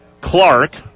Clark